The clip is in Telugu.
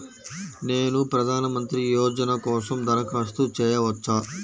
నేను ప్రధాన మంత్రి యోజన కోసం దరఖాస్తు చేయవచ్చా?